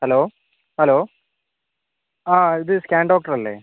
hello hello ആ ഇത് scan doctor അല്ലേ